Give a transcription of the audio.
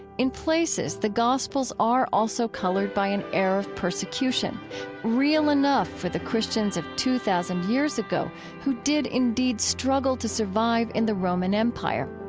in places, the gospels are also colored by an air of persecution real enough for the christians of two thousand years ago who did, indeed, struggle to survive in the roman empire.